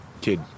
kid